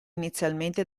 inizialmente